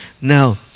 Now